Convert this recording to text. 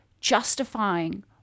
justifying